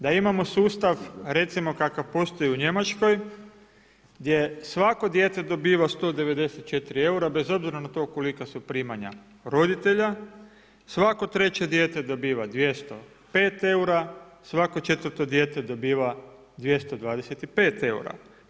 Da imamo sustav recimo kakav postoji u Njemačkoj gdje svako dijete dobiva 194 eura bez obzira na to kolika su primanja roditelja, svako treće dijete dobiva 205 eura, svako četvrto dijete dobiva 225 eura.